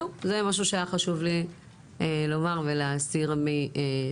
זה משהו שהיה חשוב לי לומר ולהסיר מסדר-היום.